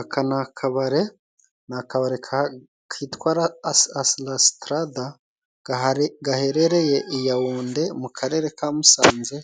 Aka ni akabare, ni akabari kitwa Lasitarada gaherereye i Yawunde mu Karere ka Musanze